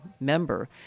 member